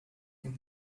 can